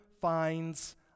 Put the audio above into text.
finds